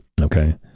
Okay